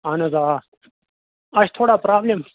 اَہَن حظ آ اَسہِ چھِ تھوڑا پرٛابلِم